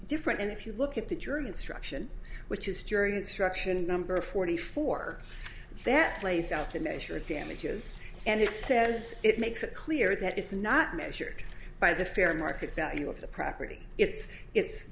different and if you look at the german struction which is jury instruction number forty four that lays out the measure of damages and it says it makes it clear that it's not measured by the fair market value of the prakriti it's it's